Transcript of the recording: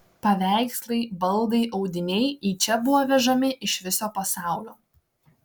paveikslai baldai audiniai į čia buvo vežami iš viso pasaulio